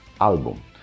album